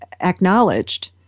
acknowledged